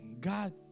God